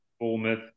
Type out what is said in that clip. Bournemouth